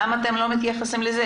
למה אתם לא מתייחסים לזה,